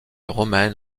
romaine